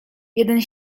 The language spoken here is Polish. jeden